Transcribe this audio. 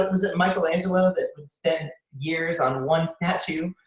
was it michelangelo, that but spent years on one statue?